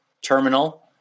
Terminal